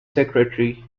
secretary